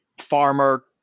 farmer